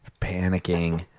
panicking